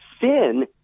Sin